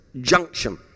junction